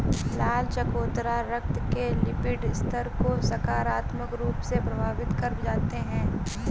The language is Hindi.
लाल चकोतरा रक्त के लिपिड स्तर को सकारात्मक रूप से प्रभावित कर जाते हैं